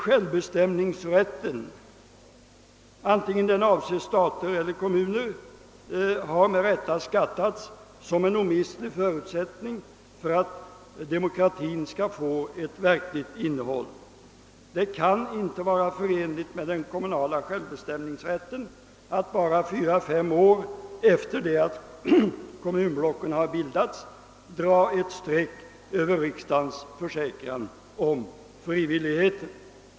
Självbestämningsrätten — vare sig den avser stater eller kommuner — har med rätta skattats som en omistlig förutsättning för att demokratin skall få ett verkligt innehåll. Det kan inte vara förenligt med den kommunala självbestämningsrätten att bara fyra, fem år efter det att kommunblocken bildats dra ett streck över riksdagens försäkran om frivillighet.